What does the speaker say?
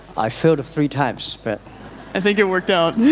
i filled a free times, but i think it we're done.